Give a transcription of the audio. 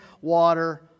water